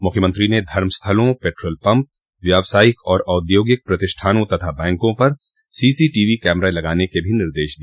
मुख्यमंत्री ने धर्मस्थलों पेट्रोल पम्प व्यवसायिक और औद्योगिक प्रतिष्ठानों तथा बैंकों पर सीसीटीवी कैमरे लगाने का निर्देश भी दिया